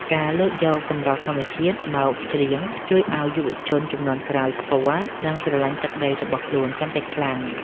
ការលើកយកសម្រស់ធម្មជាតិមកច្រៀង ជួយឱ្យយុវជនជំនាន់ក្រោយស្គាល់ និងស្រឡាញ់ទឹកដីរបស់ខ្លួនកាន់តែខ្លាំង។